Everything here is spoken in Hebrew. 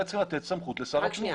רק שנייה,